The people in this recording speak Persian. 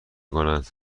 کند